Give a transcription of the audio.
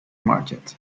market